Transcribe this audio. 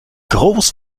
groß